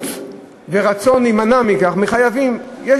אחריות ורצון אצל החייבים להימנע מכך.